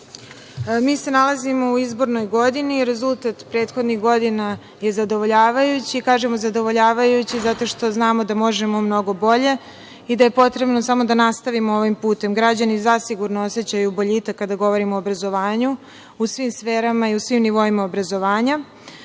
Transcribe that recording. se nalazimo u izbornoj godini, rezultat prethodnih godina je zadovoljavajući, kažemo zadovoljavajući, zato što znamo da možemo mnogo bolje i da je potrebno samo da nastavimo ovim putem. Građani zasigurno osećaju boljitak kada govorimo o obrazovanju u svim sferama i u svim nivoima obrazovanja.